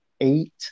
eight